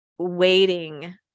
Waiting